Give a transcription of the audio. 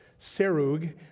Serug